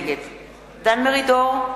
נגד דן מרידור,